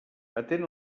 atén